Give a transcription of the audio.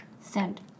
Send